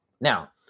Now